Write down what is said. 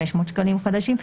500 שקלים חדשים,